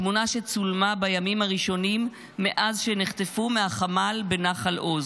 תמונות שצולמו בימים הראשונים מאז שנחטפו מהחמ"ל בנחל עוז,